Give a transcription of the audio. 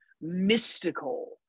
mystical